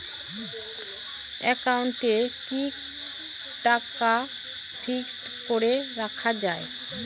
একাউন্টে কি টাকা ফিক্সড করে রাখা যায়?